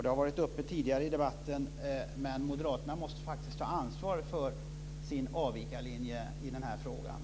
Det har varit uppe tidigare i debatten, men moderaterna måste faktiskt ta ansvar för sin avvikarlinje i den här frågan.